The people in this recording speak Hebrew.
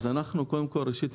ראשית,